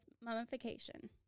mummification